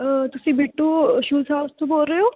ਤੁਸੀਂ Bittu shoes house ਤੋਂ ਬੋਲ ਰਹੇ ਹੋ